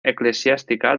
eclesiástica